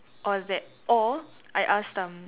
or that or I asked um